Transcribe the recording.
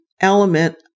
element